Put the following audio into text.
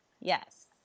Yes